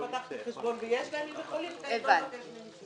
הם יכולים לא לבקש ממני.